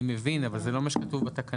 אני מבין אבל זה לא מה שכתוב בתקנה.